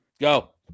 Go